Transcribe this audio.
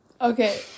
Okay